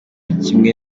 kimwe